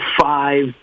five